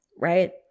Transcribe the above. right